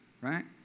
right